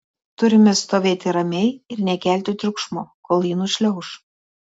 turime stovėti ramiai ir nekelti triukšmo kol ji nušliauš